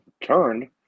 turned